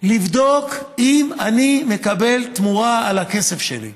לבדוק אם אני מקבל תמורה על הכסף שלי.